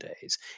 days